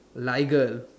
lager